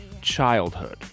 childhood